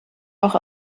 auch